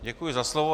Děkuji za slovo.